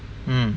um